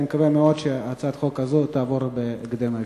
אני מקווה מאוד שהצעת החוק הזאת תעבור בהקדם האפשרי.